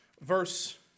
Verse